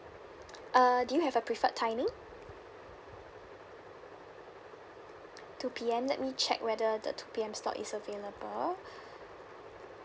uh do you have a preferred timing two P_M let me check whether the two P_M slot is available